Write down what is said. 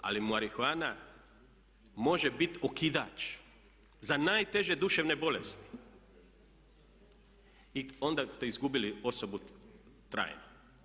Ali marihuana može bit okidač za najteže duševne bolesti i onda ste izgubili osobu trajno.